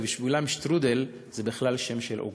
ובשבילם שטרודל זה בכלל שם של עוגה.